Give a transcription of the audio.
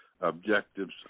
objectives